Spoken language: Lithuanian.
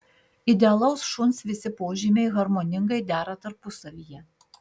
idealaus šuns visi požymiai harmoningai dera tarpusavyje